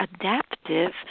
adaptive